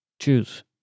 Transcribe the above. choose